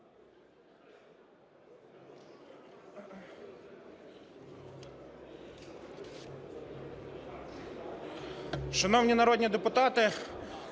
Шановні народні депутати,